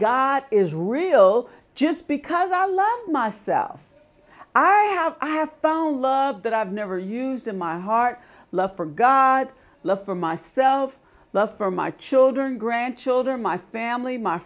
god is real just because i love myself i have i have found love that i've never used in my heart love for god love for myself love for my children grandchildren my family my